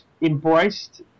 embraced